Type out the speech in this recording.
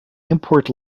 import